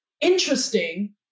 interesting